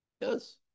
Yes